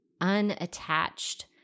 unattached